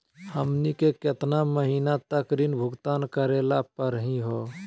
हमनी के केतना महीनों तक ऋण भुगतान करेला परही हो?